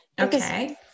okay